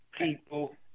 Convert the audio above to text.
people